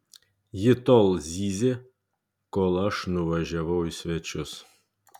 ji tol zyzė kol aš nuvažiavau į svečius